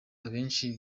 abenshi